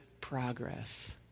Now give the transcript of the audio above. progress